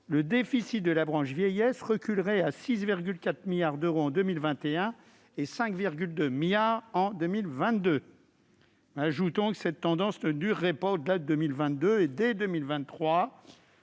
le déficit de la branche vieillesse reculerait à 6,4 milliards d'euros en 2021 et à 5,2 milliards en 2022. Ajoutons que cette tendance ne durerait pas au-delà de 2022. Dès 2023,